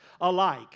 alike